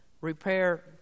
repair